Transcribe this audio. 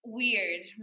weird